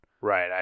Right